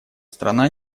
страна